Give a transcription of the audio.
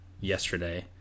yesterday